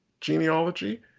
genealogy